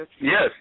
Yes